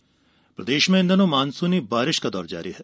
मौसम प्रदेश में इन दिनों मानसूनी बारिश का दौर जारी है